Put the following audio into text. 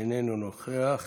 איננו נוכח.